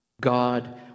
God